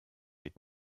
est